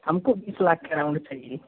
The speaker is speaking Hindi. हमको बीस लाख के अराउंड चाहिए